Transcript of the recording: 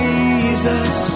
Jesus